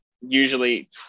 usually